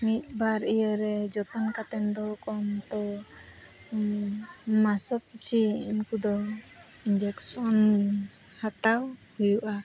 ᱢᱤᱫᱼᱵᱟᱨ ᱤᱭᱟᱹᱨᱮ ᱡᱚᱛᱚᱱ ᱠᱟᱛᱮᱫ ᱫᱚᱦᱚ ᱠᱚᱢ ᱛᱳ ᱢᱟᱥᱚ ᱯᱤᱪᱷᱤ ᱩᱱᱠᱩ ᱫᱚ ᱦᱟᱛᱟᱣ ᱦᱩᱭᱩᱜᱼᱟ